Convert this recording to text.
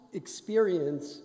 experience